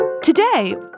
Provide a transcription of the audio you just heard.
Today